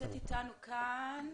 נמצאת איתנו כאן